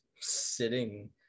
sitting